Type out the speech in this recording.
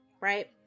right